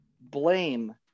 blame